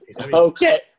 Okay